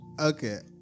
Okay